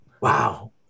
Wow